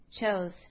chose